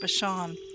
Bashan